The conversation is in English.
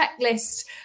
checklist